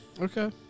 Okay